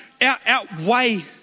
outweigh